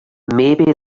maybe